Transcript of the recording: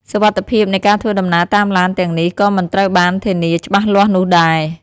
សុវត្ថិភាពនៃការធ្វើដំណើរតាមឡានទាំងនេះក៏មិនត្រូវបានធានាច្បាស់លាស់នោះដែរ។